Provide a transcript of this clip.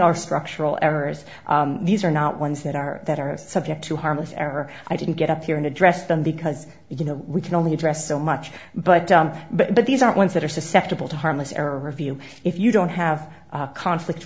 are structural errors these are not ones that are that are subject to harmless error i didn't get up here and address them because you know we can only address so much but but but these aren't ones that are susceptible to harmless error review if you don't have a conflict